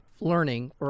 learning